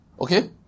Okay